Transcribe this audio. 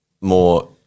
more